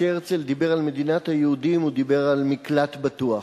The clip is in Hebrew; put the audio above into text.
כשהרצל דיבר על מדינת היהודים הוא דיבר על מקלט בטוח.